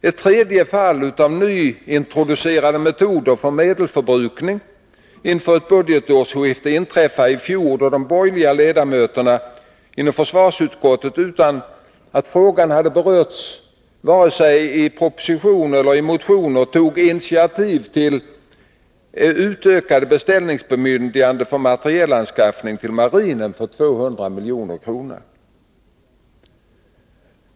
Ett tredje fall av nyintroducerade metoder för medelsförbrukning inför ett budgetårsskifte inträffade i fjol då de borgerliga ledamöterna inom försvarsutskottet, utan att frågan hade berörts vare sig i proposition eller i motioner, tog initiativet till utökade beställningsbemyndiganden för materielanskaffning till marinen med 200 milj.kr.